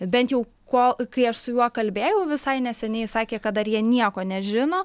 bent jau kuo kai aš su juo kalbėjau visai neseniai sakė kad dar jie nieko nežino